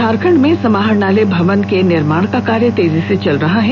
झारखंड में समाहरणालय भवन का निर्माण का कार्य तेजी से चल रहा है